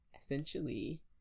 essentially